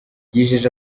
yijeje